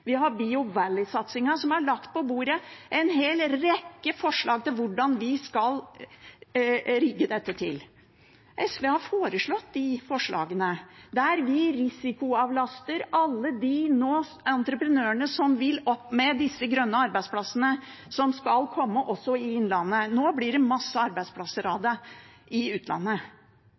vi har Biovalley-satsingen, som har lagt på bordet en hel rekke forslag til hvordan vi skal rigge dette til. SV har foreslått de forslagene, der vi risikoavlaster alle de entreprenørene som nå vil opp med disse grønne arbeidsplassene, som skal komme også i Innlandet. Nå blir det masse arbeidsplasser av det i utlandet.